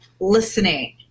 listening